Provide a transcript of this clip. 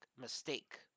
mistake